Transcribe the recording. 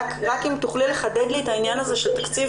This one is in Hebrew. רק אם תוכלי לחדד לי את העניין של התקציב